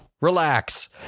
relax